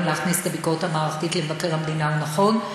להכניס את הביקורת המערכתית למבקר המדינה הוא נכון,